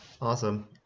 Awesome